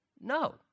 no